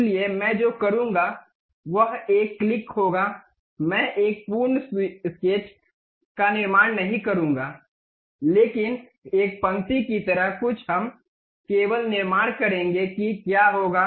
इसलिए मैं जो करूंगा वह एक क्लिक होगा मैं एक पूर्ण स्केच का निर्माण नहीं करूंगा लेकिन एक पंक्ति की तरह कुछ हम केवल निर्माण करेंगे कि क्या होगा